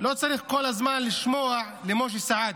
לא צריך כל הזמן לשמוע למשה סעדה.